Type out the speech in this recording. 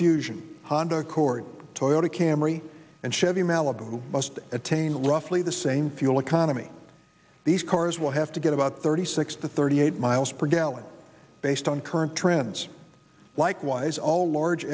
fusion honda accord toyota camry and chevy malibu must attain roughly the same fuel economy these cars will have to get about thirty six to thirty eight mpg based on current trends likewise all large